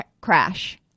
crash